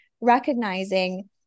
recognizing